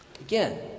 Again